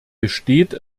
besteht